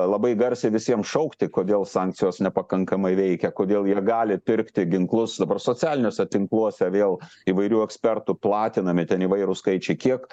labai garsiai visiem šaukti kodėl sankcijos nepakankamai veikia kodėl jie gali pirkti ginklus dabar socialiniuose tinkluose vėl įvairių ekspertų platinami ten įvairūs skaičiai kiek